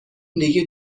دیگه